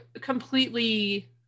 completely